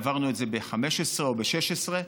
העברנו את זה ב-2015 או ב-2016.